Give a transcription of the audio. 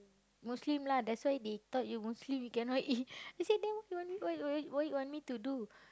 Muslim lah that's why they thought you Muslim you cannot eat then say then what what what you want me to do